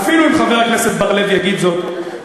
אפילו אם חבר הכנסת בר-לב יגיד זאת,